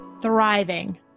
thriving